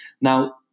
Now